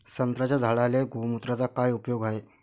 संत्र्याच्या झाडांले गोमूत्राचा काय उपयोग हाये?